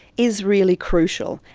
is really crucial.